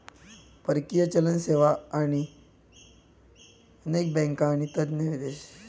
परकीय चलन सेवा अनेक बँका आणि तज्ञ विदेशी चलन दलाल प्रदान करतत